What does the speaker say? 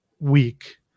week